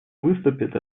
выступит